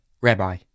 Rabbi